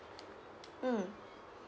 mm